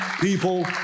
people